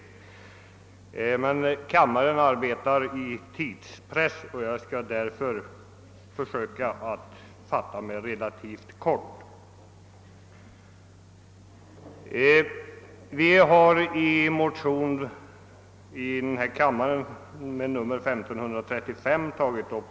Kammarens ledamöter arbetar emellertid under tidspress, och jag skall därför försöka fatta mig relativt kort.